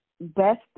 best